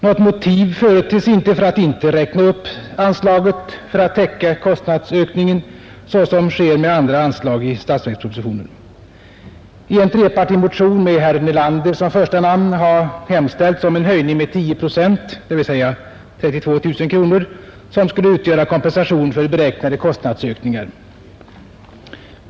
Något motiv företes inte för att inte räkna upp anslaget för täckning av kostnadsökningar såsom sker med andra anslag i statsverkspropositionen. I en trepartimotion med herr Nelander som första namn har hemställts om en höjning med 10 procent, dvs. 32 000 kronor, som skulle utgöra kompensation för beräknade kostnadsökningar.